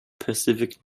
pacific